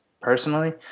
personally